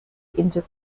into